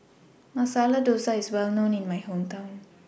Masala Dosa IS Well known in My Hometown